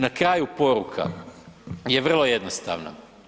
Na kraju poruka je vrlo jednostavna.